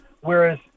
Whereas